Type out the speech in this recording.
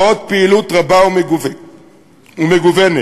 ופעילותנו עוד רבה ומגוונת.